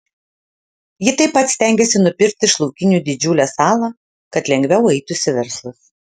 ji taip pat stengiasi nupirkti iš laukinių didžiulę salą kad lengviau eitųsi verslas